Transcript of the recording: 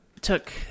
took